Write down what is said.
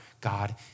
God